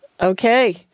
Okay